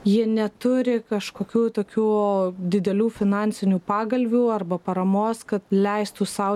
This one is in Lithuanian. jie neturi kažkokių tokių didelių finansinių pagalvių arba paramos kad leistų sau